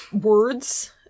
words